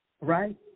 right